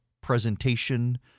presentation